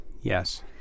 Yes